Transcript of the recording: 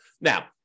Now